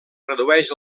redueix